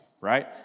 right